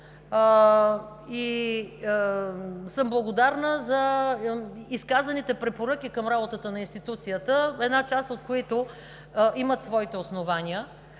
и съм благодарна за изказаните препоръки към работата на институцията, една част от които имат своите основания.